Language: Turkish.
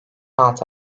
altı